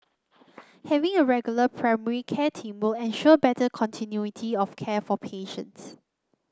having a regular primary care team will ensure better continuity of care for patients